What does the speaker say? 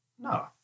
No